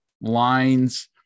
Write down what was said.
lines